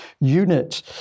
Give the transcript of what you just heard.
unit